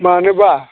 मानोबा